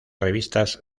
revistas